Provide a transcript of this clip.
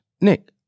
Nick